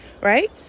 right